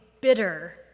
bitter